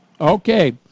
Okay